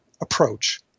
approach